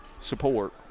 Support